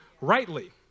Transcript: rightly